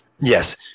yes